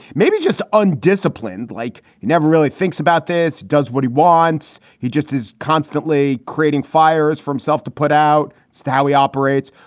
maybe just undisciplined, like he never really thinks about this. does what he wants. he just is constantly creating fire from self to put out so how he operates.